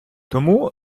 тому